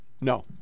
No